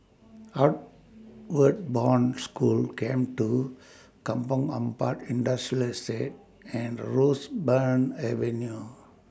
Outward Bound School Camp two Kampong Ampat Industrial Estate and Roseburn Avenue